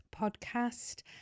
Podcast